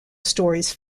stories